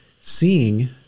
seeing